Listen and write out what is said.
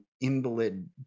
invalid